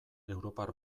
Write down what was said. europar